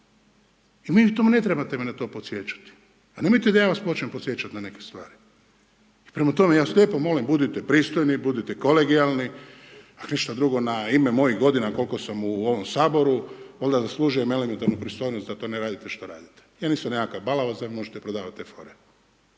toga i ne trebate me na to podsjećati. Nemojte da ja vas počnem podsjećati na neke stvari. Prema tome, ja vas lijepo molim budite pristojni, budite kolegijalni, a ništa drugo na ime mojih godina koliko sam u ovom Saboru, valjda zaslužujem elementarnu pristojnost da to ne radite što radite. Ja nisam nekakav balavac da mi možete prodavati te fore,